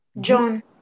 John